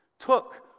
took